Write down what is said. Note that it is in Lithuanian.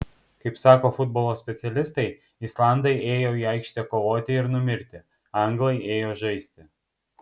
kaip sako futbolo specialistai islandai ėjo į aikštę kovoti ir numirti anglai ėjo žaisti